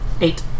Eight